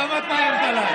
למה את מאיימת עליי?